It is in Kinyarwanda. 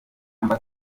amb